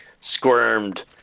squirmed